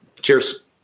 cheers